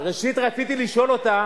רציתי לשאול אותה: